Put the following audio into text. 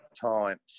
times